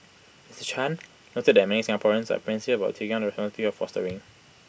Mister chan noted that many Singaporeans are apprehensive about taking on the of fostering